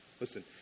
Listen